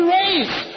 race